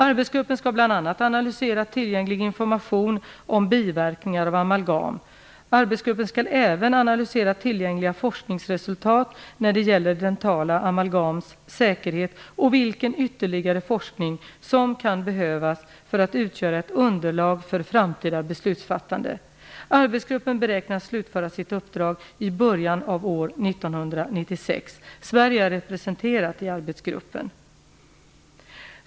Arbetsgruppen skall bl.a. analysera tillgänglig information om biverkningar av amalgam. Arbetsgruppen skall även analysera tillgängliga forskningsresultat när det gäller dentala amalgams säkerhet och vilken ytterligare forskning som kan behövas för att utgöra ett underlag för framtida beslutsfattande. Arbetsgruppen beräknas slutföra sitt uppdrag i början av år 1996. Sverige är representerat i arbetsgruppen.